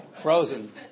frozen